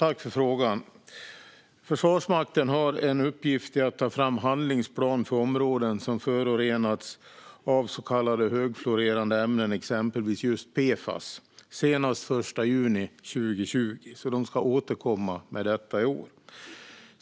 Herr talman! Försvarsmakten har i uppgift att ta fram en handlingsplan för områden som förorenats av så kallade högfluorerade ämnen, exempelvis just PFAS, senast den 1 juni 2020. Man ska alltså återkomma med detta i år.